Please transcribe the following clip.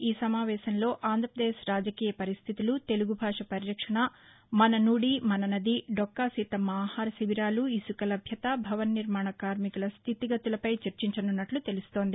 ఈ సమావేశంలో ఆంధ్రప్రదేశ్ రాజకీయ పరిస్థితులు తెలుగు భాష పరిరక్షణ మన నుడి మన నది దొక్కా సీతమ్మ ఆహార శిబీరాలు ఇసుక లభ్యత భవన నిర్మాణ కార్మికుల స్టితిగతులపై చర్చించనున్నట్ల తెలుస్తోంది